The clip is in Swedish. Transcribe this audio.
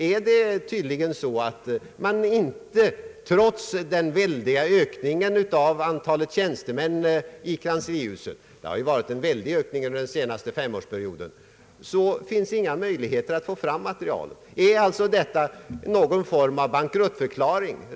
Det är tydligen så att man, trots den väldiga ökningen av antalet tjänstemän i kanslihuset under den senaste femårsperioden, inte har möjlighet att få fram material. är alltså detta någon form av bankruttförklaring?